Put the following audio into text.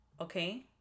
Okay